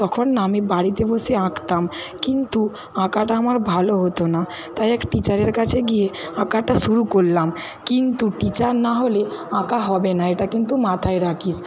তখন আমি বাড়িতে বসে আঁকতাম কিন্তু আঁকাটা আমার ভালো হতো না তাই এক টিচারের কাছে গিয়ে আঁকাটা শুরু করলাম কিন্তু টিচার না হলে আঁকা হবে না এটা কিন্তু মাথায় রাখিস